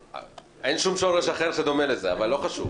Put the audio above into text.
אין שום שורש שדומה לזה, אבל חשוב.